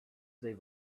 they